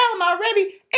already